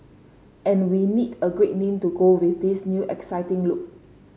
and we need a great name to go with this new exciting look